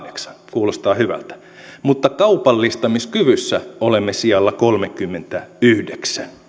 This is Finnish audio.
kuulostaa hyvältä mutta kaupallistamiskyvyssä olemme sijalla kolmekymmentäyhdeksän